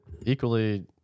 equally